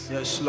Yes